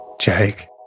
jake